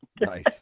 Nice